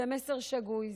זה מסר שגוי,